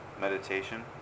meditation